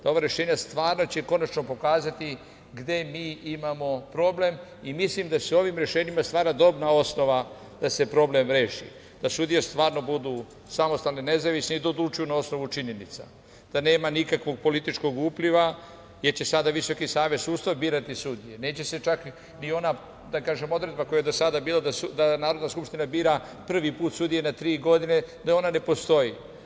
Ova rešenja stvarno će konačno pokazati gde mi imamo problem i mislim da se ovim rešenjima stvara dobra osnova da se problem reši, da sudije stvarno budu samostalni i nezavisni i da odlučuju na osnovu činjenica, da nema nikakvog političkog upliva, jer će sada Visoki savet sudstva birati sudije, neće se čak ni ona, da kažem odredba koja je do sada bila da Narodna skupština bira prvi put sudije na tri godine, da ona ne postoji.